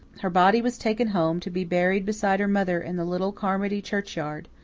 her body was taken home to be buried beside her mother in the little carmody churchyard.